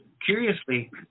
curiously